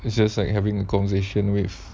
it's just like having a conversation with